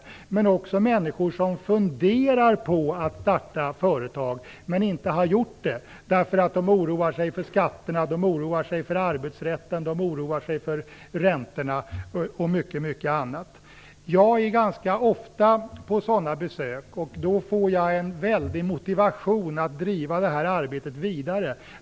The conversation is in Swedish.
Då kunde ni också träffa människor som funderar på att starta företag men inte har gjort det, eftersom de oroar sig för skatterna, arbetsrätten, räntorna och mycket annat. Jag är ganska ofta på sådana besök, och då får jag en väldig motivation att driva det här arbetet vidare.